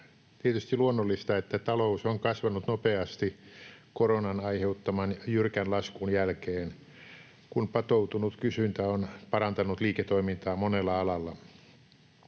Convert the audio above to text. tietysti luonnollista, että talous on kasvanut nopeasti koronan aiheuttaman jyrkän laskun jälkeen, kun patoutunut kysyntä on parantanut liiketoimintaa monella alalla.